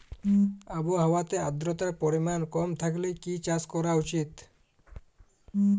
আবহাওয়াতে আদ্রতার পরিমাণ কম থাকলে কি চাষ করা উচিৎ?